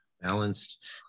Balanced